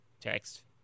text